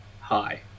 hi